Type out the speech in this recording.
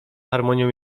harmonią